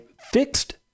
fixed